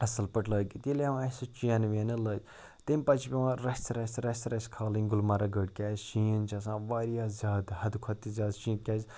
اَصٕل پٲٹھۍ لٲگِتھ ییٚلہِ اَسہِ سُہ چینہٕ وینہٕ لٲ تَمہِ پَتہٕ چھِ پٮ۪وان رَژھِ رَژھِ رَژھِ رَژھِ کھالٕنۍ گُلمرٕگ گٲڑۍ کیٛازِ شیٖن چھِ آسان واریاہ زیادٕ حدٕ کھۄتہٕ تہِ زیادٕ شیٖن کیٛازِ